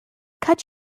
cut